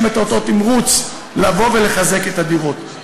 את אותו תמרוץ לבוא ולתחזק את הדירות.